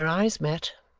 their eyes met,